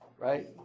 right